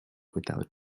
without